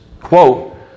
quote